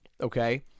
okay